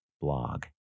blog